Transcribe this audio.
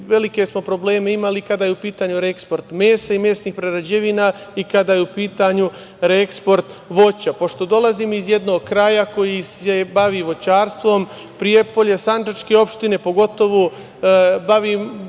Velike smo probleme imali i kada je u pitanju reeksport mesa i mesnih prerađevina i kada je u pitanju reeksport voća. Pošto dolazim iz jednog kraja koji se bavi voćarstvom, Prijepolje, sandžačke opštine, dosta